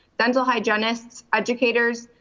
dental hygienists, educators,